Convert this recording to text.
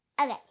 Okay